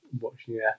watching